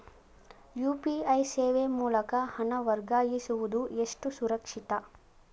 UPI ಸೇವೆ ಮೂಲಕ ಹಣ ವರ್ಗಾಯಿಸುವುದು ಎಷ್ಟು ಸುರಕ್ಷಿತ?